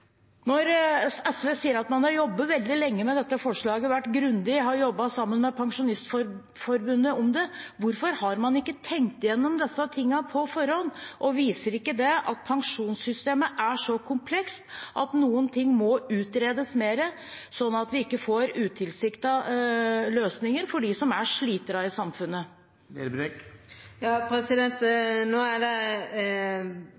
Når SV sier at man har jobbet veldig lenge med dette forslaget, vært grundig og jobbet sammen med Pensjonistforbundet om det, hvorfor har man ikke tenkt igjennom disse tingene på forhånd? Og viser ikke det at pensjonssystemet er så komplekst at noen ting må utredes mer, sånn at vi ikke får utilsiktede løsninger for dem som er sliterne i samfunnet?